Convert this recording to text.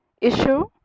issue